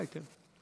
אולי כן.